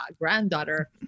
granddaughter